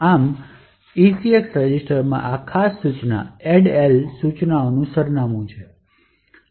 આમ ECX રજિસ્ટરમાં આ ખાસ સૂચના addl સૂચનાનું સરનામું છે